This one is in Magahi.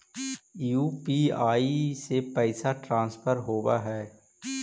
यु.पी.आई से पैसा ट्रांसफर होवहै?